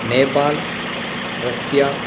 Nepal Russia